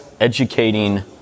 educating